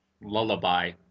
lullaby